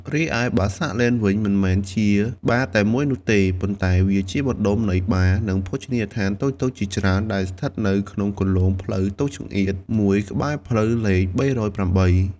រីឯ បាសាក់ ឡេន វិញ មិនមែនជាបារតែមួយនោះទេ ប៉ុន្តែជាបណ្ដុំនៃបារ និងភោជនីយដ្ឋានតូចៗជាច្រើនដែលស្ថិតនៅក្នុងគន្លងផ្លូវតូចចង្អៀតមួយក្បែរផ្លូវលេខ ៣០៨។